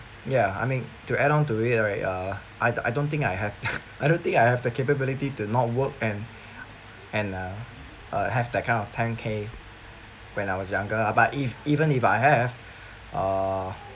ya I mean to add on to it uh I I don't think I have I don't think I have the capability to not work and and uh uh have that kind of ten K when I was younger but ev~ even if I have uh